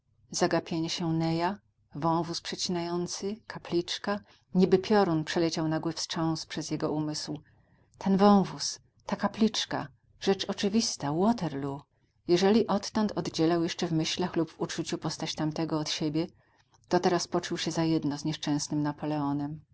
zagapienie się neya wąwóz przecinający kapliczka niby piorun przeleciał nagły wstrząs przez jego umysł ten wąwóz ta kapliczka rzecz oczywista waterloo jeżeli odtąd oddzielał jeszcze w myślach lub w uczuciu postać tamtego od siebie to teraz poczuł się za jedno z nieszczęsnym napoleonem